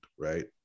right